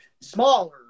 smaller